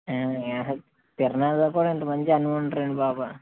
తిరుణాల్లో కూడా ఇంతమంది జనం ఉండరండీ బాబు